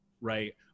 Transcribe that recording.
right